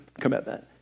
commitment